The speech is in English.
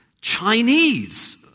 Chinese